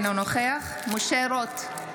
אינו נוכח משה רוט,